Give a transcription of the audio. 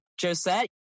Josette